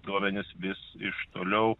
duomenis vis iš toliau